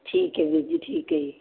ਠੀਕ ਹੈ ਵੀਰ ਜੀ ਠੀਕ ਹੈ ਜੀ